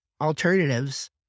alternatives